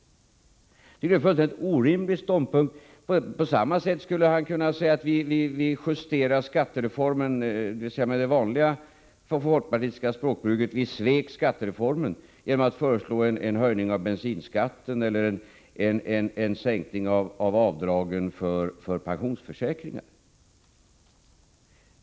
Jag tycker att det är en fullständigt orimlig ståndpunkt. På samma sätt skulle han med det vanliga folkpartistiska språkbruket kunna säga att vi svek skattereformen genom att föreslå en höjning av bensinskatten eller en sänkning av avdragen för pensionsförsäkringen.